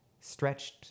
stretched